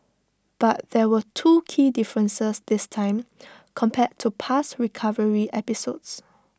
but there were two key differences this time compared to past recovery episodes